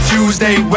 Tuesday